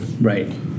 Right